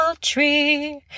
tree